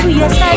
Yes